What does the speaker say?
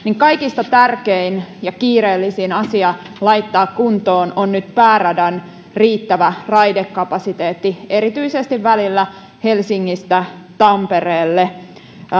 kaikista tärkein ja kiireellisin asia laittaa kuntoon on nyt pääradan riittävä raidekapasiteetti erityisesti välillä helsingistä tampereelle